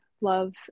love